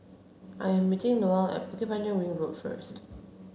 I am meeting Noel at Bukit Panjang Ring Road first